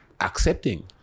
accepting